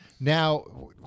Now